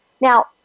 Now